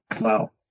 wow